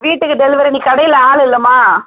வீட்டுக்கு டெலிவரி இங்கே கடையில் ஆள் இல்லம்மா